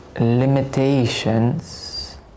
limitations